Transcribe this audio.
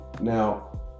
Now